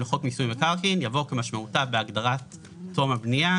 לחוק מיסוי מקרקעין" יבוא "כמשמעותה בהגדרה "תום הבנייה"".